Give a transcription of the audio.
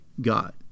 God